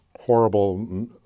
horrible